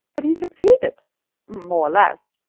but he succeeded more or less.